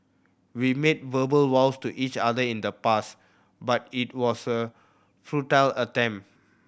we made verbal vows to each other in the past but it was a futile attempt